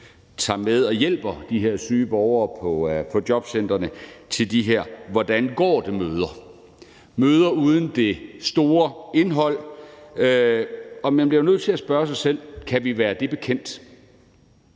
tager med og hjælper de syge borgere på jobcentrene til de her hvordan går det-møder. Det er møder uden det store indhold, og man bliver nødt til at spørge sig selv: Kan vi være det bekendt?